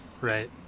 Right